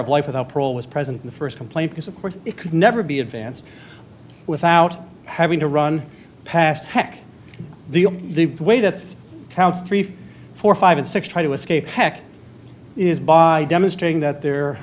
of life without parole was present in the first complaint because of course it could never be advanced without having to run past heck the way that counts three four five and six try to escape heck is by demonstrating that they're